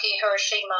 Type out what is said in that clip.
Hiroshima